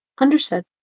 Understood